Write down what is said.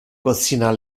cocina